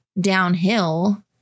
downhill